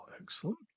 Excellent